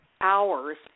hours